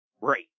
right